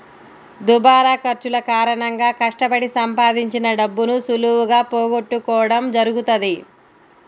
దుబారా ఖర్చుల కారణంగా కష్టపడి సంపాదించిన డబ్బును సులువుగా పోగొట్టుకోడం జరుగుతది